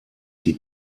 die